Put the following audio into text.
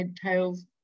tails